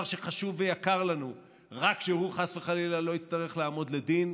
שחשוב ויקר לנו רק כדי שהוא חס וחלילה לא יצטרך לעמוד לדין,